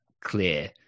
clear